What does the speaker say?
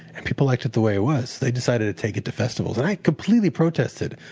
and people liked it the way it was. they decided to take it to festivals. and i completely protested.